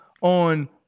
on